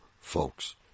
folks